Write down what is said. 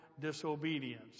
disobedience